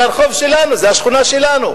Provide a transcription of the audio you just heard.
זה הרחוב שלנו, זאת השכונה שלנו.